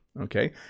okay